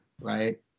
Right